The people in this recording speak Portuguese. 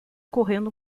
correndo